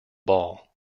ball